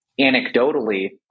anecdotally